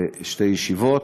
שתי ישיבות.